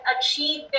achieve